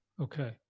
okay